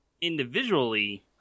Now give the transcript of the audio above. individually